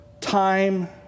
time